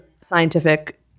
scientific